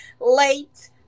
late